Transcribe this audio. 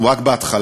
אנחנו רק בהתחלה,